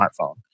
smartphone